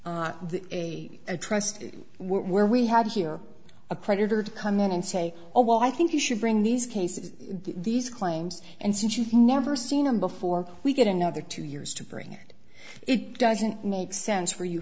trustee where we had here a creditor to come in and say oh well i think you should bring these cases these claims and since you've never seen him before we get another two years to bring it it doesn't make sense for you